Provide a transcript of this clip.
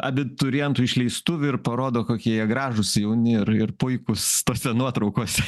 abiturientų išleistuvių ir parodo kokie jie gražūs jauni ir ir puikūs tose nuotraukose